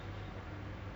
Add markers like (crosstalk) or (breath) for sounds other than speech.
(breath)